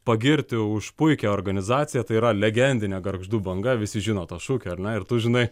pagirti už puikią organizaciją tai yra legendinė gargždų banga visi žino tą šūkį ar ne ir tu žinai